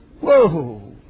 Whoa